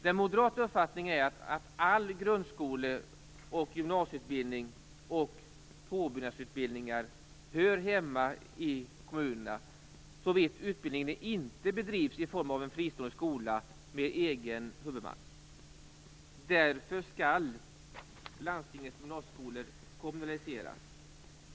Den moderata uppfattningen är att all grundskoleoch gymnasieutbildning och alla påbyggnadsutbildningar hör hemma i kommunerna såvida utbildningarna inte bedrivs i form av en fristående skola med egen huvudman. Därför skall landstingets gymnasieskolor kommunaliseras.